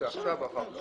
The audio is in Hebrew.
עכשיו או אחר כך?